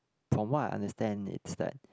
from what I understand it's that